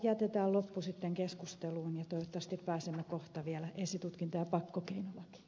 jätetään loppu sitten keskusteluun ja toivottavasti pääsemme kohta esitutkinta ja pakkokeinolakiin